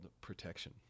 Protection